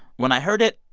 when i heard it,